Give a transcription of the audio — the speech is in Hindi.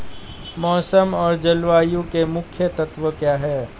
मौसम और जलवायु के मुख्य तत्व क्या हैं?